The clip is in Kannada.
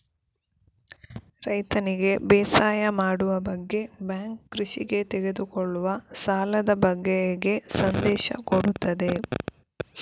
ರೈತನಿಗೆ ಬೇಸಾಯ ಮಾಡುವ ಬಗ್ಗೆ ಬ್ಯಾಂಕ್ ಕೃಷಿಗೆ ತೆಗೆದುಕೊಳ್ಳುವ ಸಾಲದ ಬಗ್ಗೆ ಹೇಗೆ ಸಂದೇಶ ಕೊಡುತ್ತದೆ?